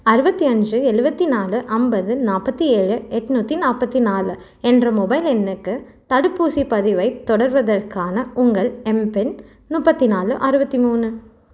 அறுபத்தி அஞ்சு எழுவத்தி நாலு ஐம்பது நாற்பத்தி ஏழு எட்நூத்தி நாற்பத்தி நாலு என்ற மொபைல் எண்ணுக்கு தடுப்பூசிப் பதிவைத் தொடர்வதற்கான உங்கள் எம்பின் முப்பத்தி நாலு அறுபத்தி மூணு